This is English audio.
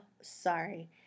sorry